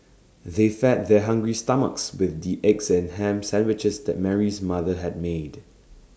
they fed their hungry stomachs with the eggs and Ham Sandwiches that Mary's mother had made